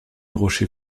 rocher